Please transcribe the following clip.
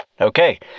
Okay